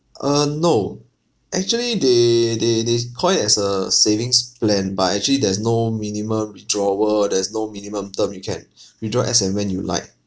uh no actually they they they call it as a savings plan but actually there's no minimum withdrawal there's no minimum term you can withdraw as and when you like